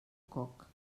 coc